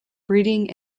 breeding